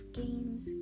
games